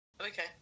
Okay